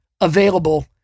available